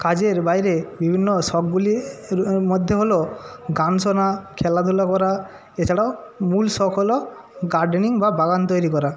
কাজের বাইরে বিভিন্ন শখগুলির মধ্যে হল গান শোনা খেলাধুলা করা এছাড়াও মূল শখ হল গার্ডেনিং বা বাগান তৈরি করা